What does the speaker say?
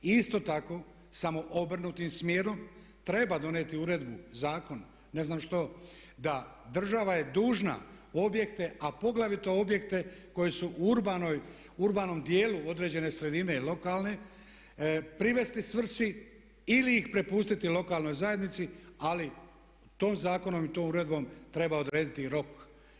I isto tako samo obrnutim smjerom treba donijeti uredbu, zakon, ne znam što da država je dužna objekte a poglavito objekte koji su u urbanom dijelu određene sredine lokalne privesti svrsi ili ih prepustiti lokalnoj zajednici ali tom zakonom i tom uredbom treba odrediti i rok.